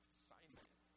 Assignment